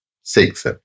six